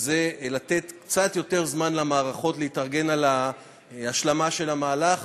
וזה לתת קצת יותר זמן למערכות להתארגן על ההשלמה של המהלך.